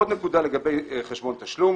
עוד נקודה לגבי חשבון תשלום